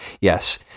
Yes